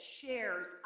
shares